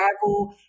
travel